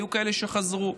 היו כאלה שחזרו,